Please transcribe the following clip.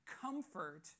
comfort